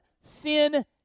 sin